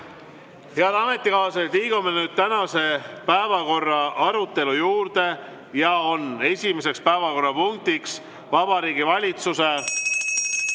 Head ametikaaslased, liigume nüüd tänase päevakorra arutelu juurde. Esimene päevakorrapunkt on Vabariigi Valitsuse